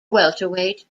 welterweight